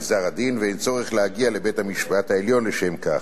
גזר-הדין ואין צורך להגיע עד לבית-המשפט העליון לשם כך.